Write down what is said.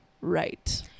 right